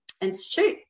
Institute